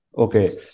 Okay